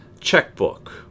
checkbook